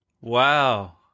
Wow